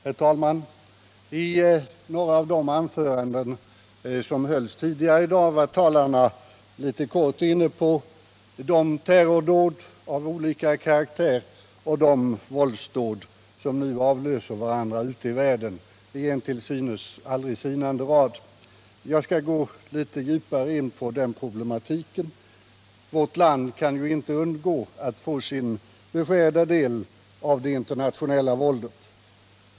Herr talman! I några av de anföranden som hölls tidigare i dag var talarna i korthet inne på de terroroch våldsdåd av olika karaktär som nu i en till synes aldrig sinande ström avlöser varandra ute i världen. Jag skall gå litet djupare in på den problematiken. Vårt land kan ju inte undgå att få sin beskärda del av det internationella våldet.